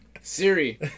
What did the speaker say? Siri